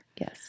Yes